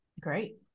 Great